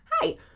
hi